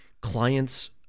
clients